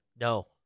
No